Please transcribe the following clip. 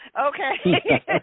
Okay